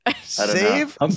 Save